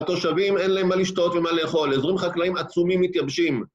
התושבים אין להם מה לשתות ומה לאכול, אזורים חקלאים עצומים מתייבשים